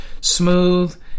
smooth